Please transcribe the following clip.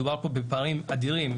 מדובר פה בפערים אדירים.